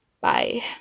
Bye